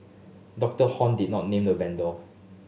Doctor Hon did not name the vendor